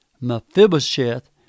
Mephibosheth